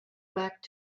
back